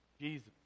Jesus